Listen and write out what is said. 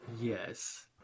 Yes